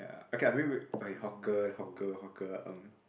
ya okay lah maybe wait okay hawker hawker hawker um